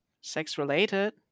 sex-related